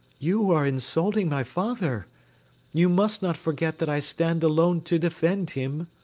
you are insulting my father you must not forget that i stand alone to defend him.